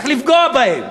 צריך לפגוע בהם.